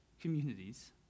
communities